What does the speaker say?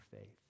faith